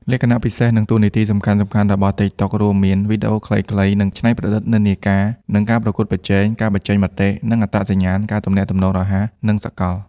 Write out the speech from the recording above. លក្ខណៈពិសេស និងតួនាទីសំខាន់ៗរបស់ TikTok រួមមាន វីដេអូខ្លីៗ និងច្នៃប្រឌិតនិន្នាការ និង ការប្រកួតប្រជែង ការបញ្ចេញមតិ និងអត្តសញ្ញាណ ការទំនាក់ទំនងរហ័ស និងសកល។